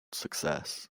success